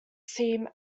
seem